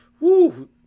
Woo